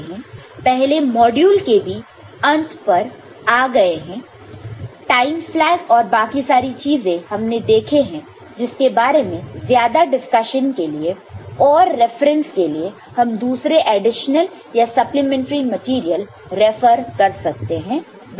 पहले मॉड्यूल के भी अंत पर आ गए हैं टाइम फ्लैग और बाकी सारी चीजें हमने देखे हैं जिसके बारे में ज्यादा डिस्कशन के लिए और रेफरेंस के लिए हम दूसरे एडिशनल या सप्लीमेंट्री मेटीरियल रेफर कर सकते हैं